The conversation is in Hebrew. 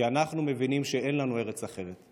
כי אנחנו מבינים שאין לנו ארץ אחרת.